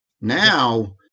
Now